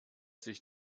sich